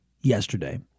yesterday